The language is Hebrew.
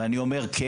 ואני אומר כן,